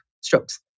strokes